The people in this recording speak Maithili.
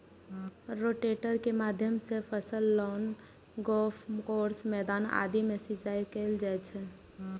रोटेटर के माध्यम सं फसल, लॉन, गोल्फ कोर्स, मैदान आदि मे सिंचाइ कैल जाइ छै